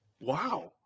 Wow